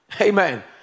Amen